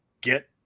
get